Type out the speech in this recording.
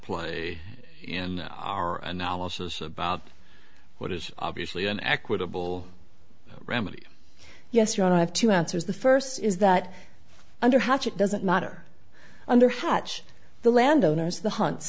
play in our analysis about what is obviously an equitable remedy yes your honor i have two answers the first is that under hatch it doesn't matter under hatch the landowners the hunts